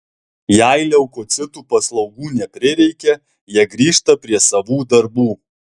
jei leukocitų paslaugų neprireikia jie grįžta prie savų darbų